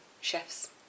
chefs